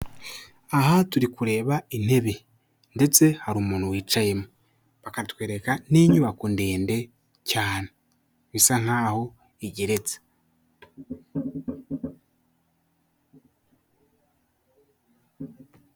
Aha turi kureba intebe. Ndetse hari umuntu wicayemo. Bakatwereka n'inyubako ndende cyane, bisa nk'aho igeretse.